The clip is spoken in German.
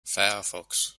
firefox